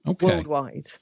worldwide